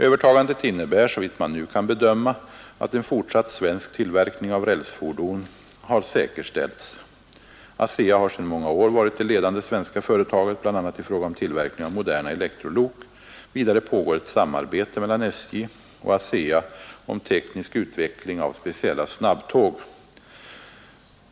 Övertagandet innebär — såvitt man nu kan bedöma — att en fortsatt svensk tillverkning av rälsfordon har säkerställts. ASEA har sedan många år varit det ledande svenska företaget bl.a. i fråga om tillverkning av moderna elektrolok. Vidare pågår ett samarbete mellan SJ och ASEA om teknisk utveckling av speciella snabbtåg.